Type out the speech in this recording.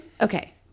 okay